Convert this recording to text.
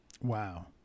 Wow